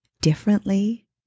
differently